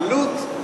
העלות,